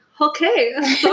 Okay